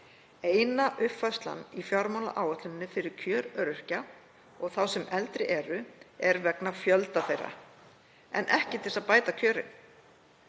Eina uppfærslan í fjármálaáætluninni fyrir kjör öryrkja og þá sem eldri eru er vegna fjölda þeirra en ekki til þess að bæta kjörin